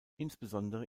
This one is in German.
insbesondere